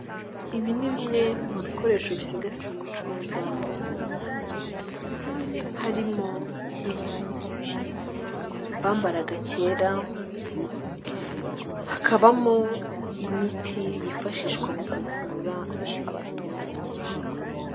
Ibi ni bimwe mu bikoresho bisigasira umuconyarwanda harimo; impu bambaragara kera, hakabamo imiti yifashishwa mu kuvura abaturage.